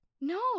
No